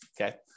okay